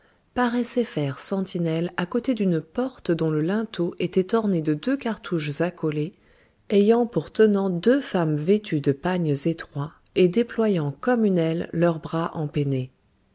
paraissaient faire sentinelle à côté d'une porte dont le linteau était orné de deux cartouches accolés ayant pour tenants deux femmes vêtues de pagnes étroits et déployant comme une aile leur bras